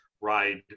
ride